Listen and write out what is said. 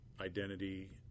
identity